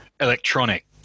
electronic